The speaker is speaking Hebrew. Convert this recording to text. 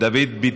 דוד ביטן,